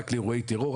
רק לאירועי טרור,